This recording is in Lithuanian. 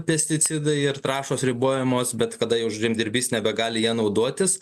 pesticidai ir trąšos ribojamos bet kada jau žemdirbys nebegali ja naudotis